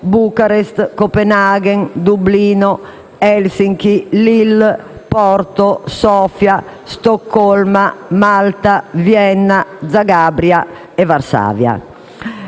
Bucarest, Copenaghen, Dublino, Helsinki, Lille, Porto, Sofia, Stoccolma, Malta, Vienna, Zagabria e Varsavia.